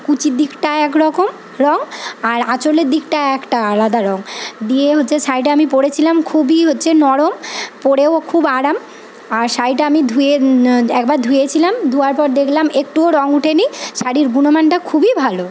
কুচির দিকটা একরকম রঙ আর আঁচলের দিকটা একটা আলাদা রঙ দিয়ে হচ্ছে শাড়িটা আমি পরেছিলাম খুবই হচ্ছে নরম পরেও খুবই আরাম আর শাড়িটা আমি ধুয়ে একবার ধুয়েছিলাম ধোয়ার পর দেখলাম একটুও রঙ ওঠেনি শাড়ির গুণমানটা খুবই ভালো